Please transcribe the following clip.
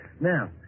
Now